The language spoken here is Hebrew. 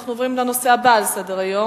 אנחנו עוברים לנושא הבא על סדר-היום: